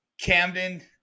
Camden